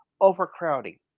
overcrowding